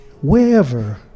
wherever